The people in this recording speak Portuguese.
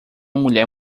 mulher